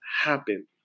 happen